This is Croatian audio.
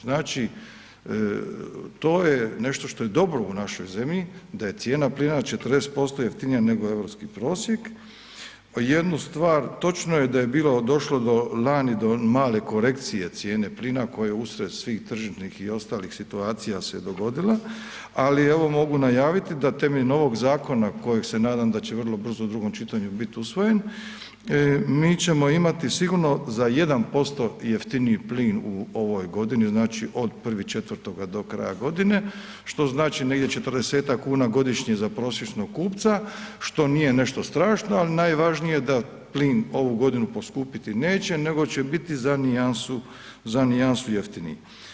Znači to je nešto što je dobro u našoj zemlji, da je cijena plina 40% jeftinija nego europski prosjek, jednu stvar, točno je da je bilo došlo lani do male korekcije cijene plina koju usred svih tržišnih i ostalih situacija se dogodila ali evo mogu najaviti da temeljem novog zakona za kojeg se nadam da će vrlo brzo u drugom čitanju biti usvojen, mi ćemo imati sigurno za 1% jeftiniji plin u ovoj godini, znači od 1. 4. do kraja godine, što znači negdje 40-ak kuna godišnje za prosječnog kupca što nije nešto strašno ali najvažnije je da plin ovu godinu poskupiti neće nego će biti za nijansu jeftiniji.